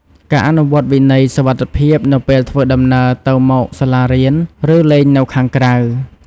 ការអនុវត្តវិន័យសុវត្ថិភាពនៅពេលធ្វើដំណើរទៅមកសាលារៀន ឬលេងនៅខាងក្រៅ។